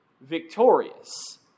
victorious